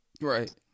right